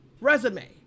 resume